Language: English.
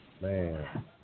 man